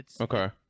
Okay